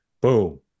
boom